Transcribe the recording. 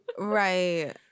Right